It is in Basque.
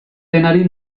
denari